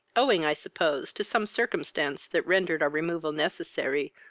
owing i suppose to some circumstance that rendered our removal necessary,